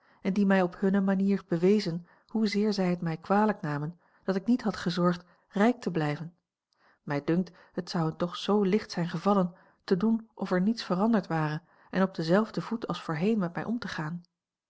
en die mij op hunne manier bewezen hoezeer zij het mij kwalijk namen dat ik niet had gezorgd rijk te blijven mij dunkt het zou hun toch zoo licht zijn gevallen te doen of er niets veranderd ware en op denzelfden voet als voorheen met mij om te gaan